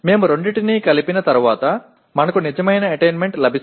இரண்டையும் இணைத்தவுடன் உண்மையான சாதனைகளைப் பெறுவோம்